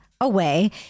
away